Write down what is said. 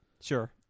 Sure